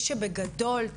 מי שבגדול,